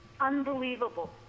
unbelievable